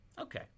Okay